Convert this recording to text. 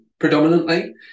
predominantly